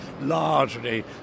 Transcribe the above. largely